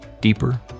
deeper